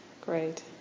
Great